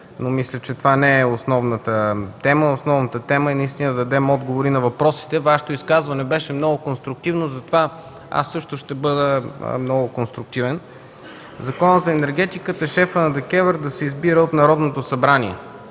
обаче, че не това е основната тема. Основната тема е наистина да дадем отговори на въпросите. Вашето изказване беше много конструктивно, затова аз също ще бъда много конструктивен. Законът за енергетиката, шефът на ДКЕВР да се избира от Народното събрание.